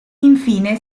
infine